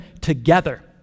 together